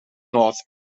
north